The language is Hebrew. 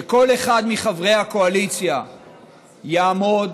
שכל אחד מחברי הקואליציה יעמוד